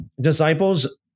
disciples